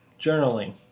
journaling